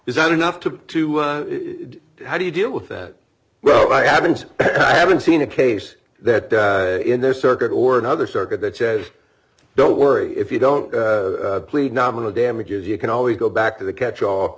that enough to to how do you deal with that well i haven't i haven't seen a case that in this circuit or another circuit that says don't worry if you don't plead nominal damages you can always go back to the catch all